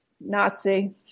Nazi